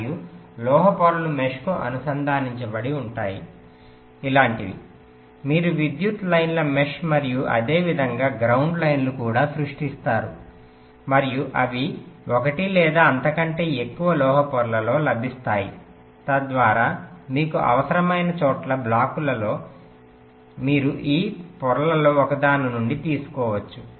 మరియు లోహ పొరలు మెష్కు అనుసంధానించబడి ఉంటాయి ఇలాంటివి మీరు విద్యుత్ లైన్ల మెష్ మరియు అదేవిధంగా గ్రౌండ్ లైన్లను కూడా సృష్టిస్తారు మరియు అవి ఒకటి లేదా అంతకంటే ఎక్కువ లోహ పొరలలో లభిస్తాయి తద్వారా మీకు అవసరమైన చోట బ్లాకులలో మీరు ఈ పొరలలో ఒకదాని నుండి తీసుకోవచ్చు